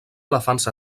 elefants